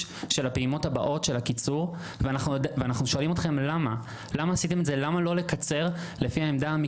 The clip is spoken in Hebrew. השאלה השלישית היא קטנה יותר.